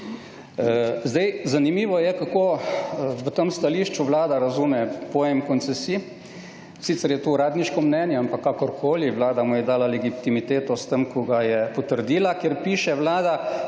tukaj. Zanimivo je, kako v tem stališču Vlada razume pojem koncesij. Sicer je to uradniško mnenje, ampak kakorkoli, Vlada mu je dala legitimiteto s tem, ko ga je potrdila, kjer piše Vlada: